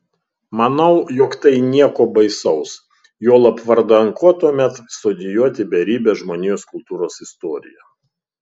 manau jog tai nieko baisaus juolab vardan ko tuomet studijuoti beribę žmonijos kultūros istoriją